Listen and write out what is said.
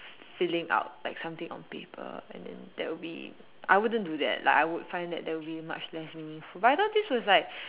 filling up like something on paper and then that would be I wouldn't do that like I would find that that would be much less meaningful but I thought this was like